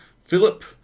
Philip